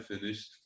finished